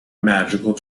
magical